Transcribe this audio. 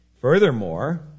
Furthermore